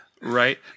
Right